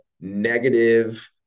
negative